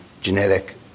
genetic